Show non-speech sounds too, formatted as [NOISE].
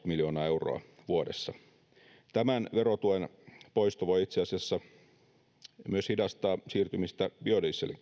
[UNINTELLIGIBLE] miljoonaa euroa vuodessa tämän verotuen poisto voi itse asiassa myös hidastaa siirtymistä biodieselin [UNINTELLIGIBLE]